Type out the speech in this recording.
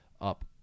up